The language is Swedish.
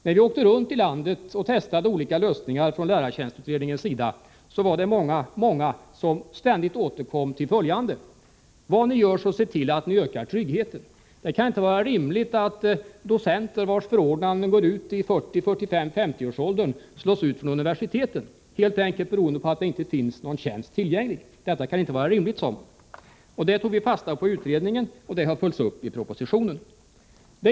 När vi åkte runt i landet och testade olika lösningar från lärartjänstutredningens sida, var det många som ständigt återkom till följande: Vad ni än gör så se till att ni ökar tryggheten. Det kan inte vara rimligt att docenter vilkas förordnanden går ut när vederbörande är i 40-, 45 eller 50-årsåldern, slås ut från universiteten beroende på att det helt enkelt inte finns någon tjänst tillgänglig. Detta kan inte vara rimligt, sade man. Det tog vi fasta på i utredningen, och det har följts upp i propositionen.